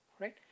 right